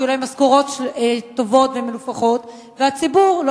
שיהיו להם משכורות טובות ומנופחות והציבור לא